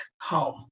home